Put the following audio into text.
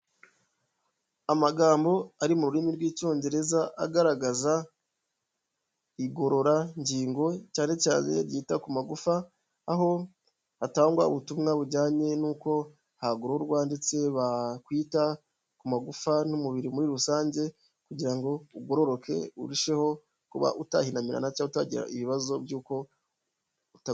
Amagambo ari mu rurimi rw'icyongereza agaragaza igororangingo cyane cyane ryita ku magufa aho hatangwa ubutumwa bujyanye n'uko hagororwa ndetse bakwita ku magufa n'umubiri muri rusange kugira ngo ugororoke urusheho kuba utahinamirana cyangwa utagira ibibazo by'uko.